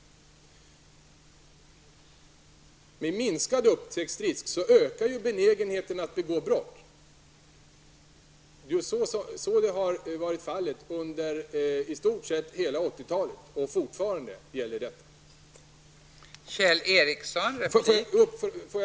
Med minskad upptäcktsrisk ökar benägenheten att begå brott. Så har varit fallet under i stort sett hela 1980 talet, och det gäller fortfarande.